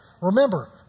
Remember